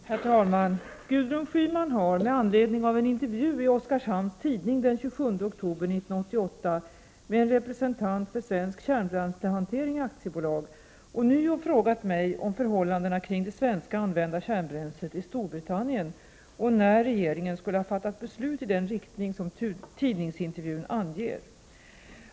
Herr talman! Gudrun Schyman har, med anledning av en intervju i Oskarshamns tidning den 27 oktober 1988 med en representant för Svensk kärnbränslehantering AB, ånyo frågat mig om förhållandena kring det svenska använda kärnbränslet i Storbritannien och när regeringen skulle ha fattat beslut i den riktning tidningsintervjun anger.